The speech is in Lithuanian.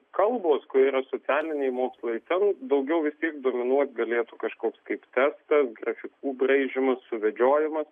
kalbos kur yra socialiniai mokslai ten vis tiek daugiau dominuot galėtų kažkoks kaip testas grafikų braižymas suvedžiojamas